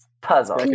Puzzle